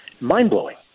mind-blowing